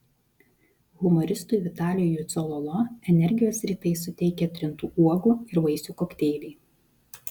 humoristui vitalijui cololo energijos rytais suteikia trintų uogų ir vaisių kokteiliai